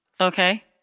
okay